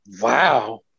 Wow